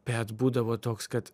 bet būdavo toks kad